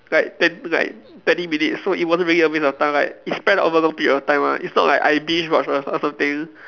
like twen~ like twenty minutes so it wasn't really a waste of time like it span over a long period of time ah it's not like I binge watch or some~ or something